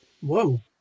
Whoa